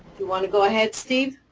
you want to go ahead, steve?